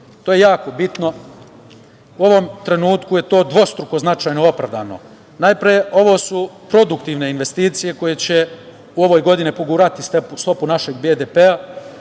To je jako bitno. U ovom trenutku je to dvostruko značajno opravdano. Najpre, ovo su produktivne investicije koje će u ovoj godini pogurati stopu našeg BDP-a,